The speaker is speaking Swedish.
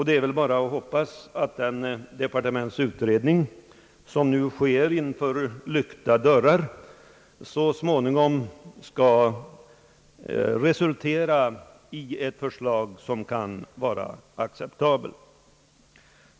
Det är väl bara att hoppas att den departementsutredning, som nu sker bakom lyckta dörrar, så småningom skall resultera i ett förslag som kan vara acceptabelt.